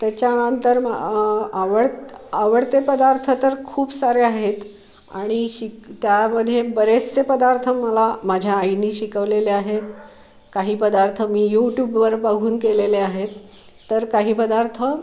त्याच्यानंतर मग आवड आवडते पदार्थ तर खूप सारे आहेत आणि शिक त्यामध्ये बरेचसे पदार्थ मला माझ्या आईने शिकवलेले आहेत काही पदार्थ मी यूट्यूबवर बघून केलेले आहेत तर काही पदार्थ